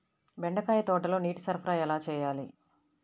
బెండకాయ తోటలో నీటి సరఫరా ఎలా చేయాలి?